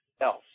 else